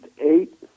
eight